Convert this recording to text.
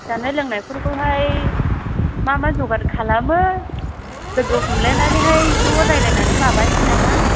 जानाय लोंनायफोरखौहाय मा मा जगार खालामो लोगो हमलायनानैहाय ज' रायज्लायनानै माबानोसै नामा